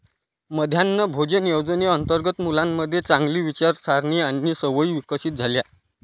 मध्यान्ह भोजन योजनेअंतर्गत मुलांमध्ये चांगली विचारसारणी आणि सवयी विकसित झाल्या